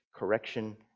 Correction